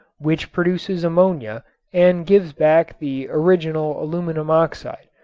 which produces ammonia and gives back the original aluminum oxide,